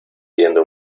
pidiendo